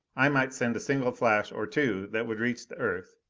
i might send a single flash or two that would reach the earth.